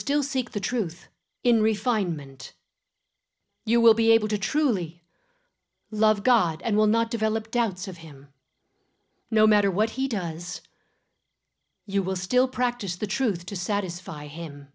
still seek the truth in refinement you will be able to truly love god and will not develop doubts of him no matter what he does you will still practice the truth to satisfy him